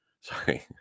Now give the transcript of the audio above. sorry